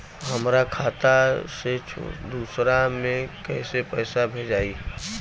हमरा खाता से दूसरा में कैसे पैसा भेजाई?